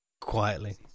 Quietly